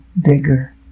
bigger